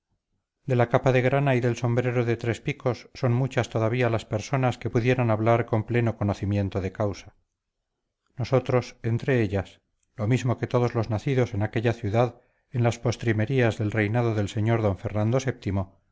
de la capa de grana y del sombrero de tres picos son muchas todavía las personas que pudieran hablar con pleno conocimiento de causa nosotros entre ellas lo mismo que todos los nacidos en aquella ciudad en las postrimerías del reinado del señor don fernando